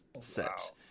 set